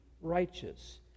righteous